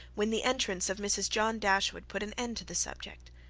when the entrance of mrs. john dashwood put an end to the subject.